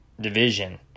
division